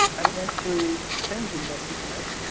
and it went through cambridge university press,